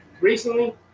recently